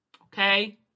Okay